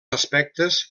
aspectes